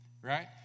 right